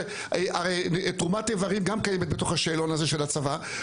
הרי תרומת איברים גם קיימת בתוך השאלון הזה של הצבא.